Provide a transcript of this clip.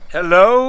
Hello